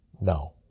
no